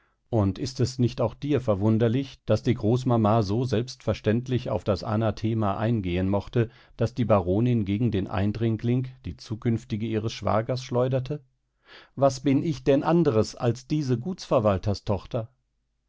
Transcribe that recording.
und ist es nicht auch dir verwunderlich daß die großmama so selbstverständlich auf das anathema eingehen mochte das die baronin gegen den eindringling die zukünftige ihres schwagers schleuderte was bin ich denn anderes als diese